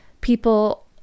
people